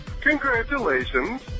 congratulations